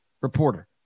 reporter